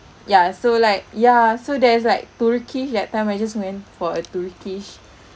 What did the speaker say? ya so like ya so there's like turkish that time I just went for a turkish